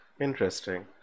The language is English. Interesting